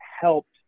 helped